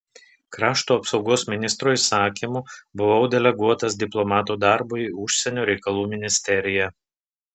krašto apsaugos ministro įsakymu buvau deleguotas diplomato darbui į užsienio reikalų ministeriją